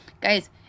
Guys